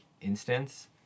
instance